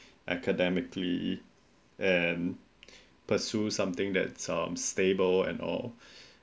academically and pursue something that some stable and all